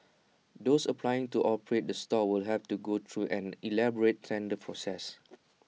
those applying to operate the stalls will have to go through an elaborate tender process